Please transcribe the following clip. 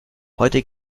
heute